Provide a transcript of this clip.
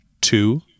two